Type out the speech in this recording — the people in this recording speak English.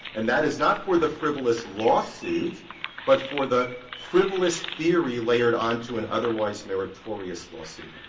and that is not for the frivolous lawsuits but for the frivolous theory layered onto an otherwise meritorious lawsuit.